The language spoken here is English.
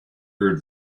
heard